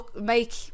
make